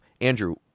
Andrew